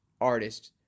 artist